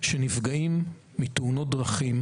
שנפגעים בתאונות דרכים.